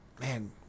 man